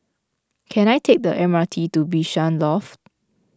can I take the M R T to Bishan Loft